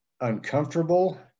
uncomfortable